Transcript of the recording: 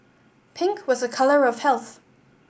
pink was a colour of health